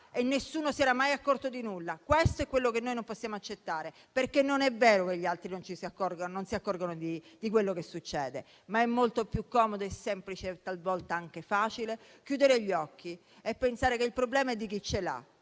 e nessuno si era mai accorto di nulla. Questo è quello che noi non possiamo accettare. Perché non è vero che gli altri non si accorgono di quello che succede, ma è molto più comodo e semplice, talvolta anche facile, chiudere gli occhi e pensare che il problema è di chi ce l'ha.